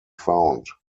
found